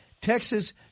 Texas